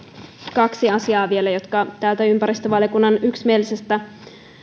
kaksi asiaa vielä jotka täältä ympäristövaliokunnan yksimielisestä